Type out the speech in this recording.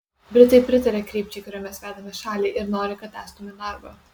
britai pritaria krypčiai kuria mes vedame šalį ir nori kad tęstume darbą